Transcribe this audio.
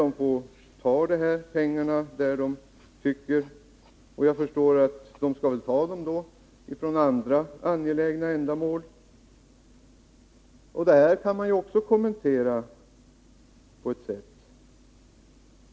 Man får ta pengarna där man kan, och jag förstår att de kommer att tas från andra angelägna ändamål. Detta kan också kommenteras.